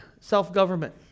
self-government